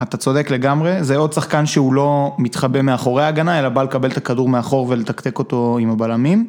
אתה צודק לגמרי, זה עוד שחקן שהוא לא מתחבא מאחורי הגנה אלא בא לקבל את הכדור מאחור ולתקתק אותו עם הבלמים.